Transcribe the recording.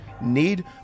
need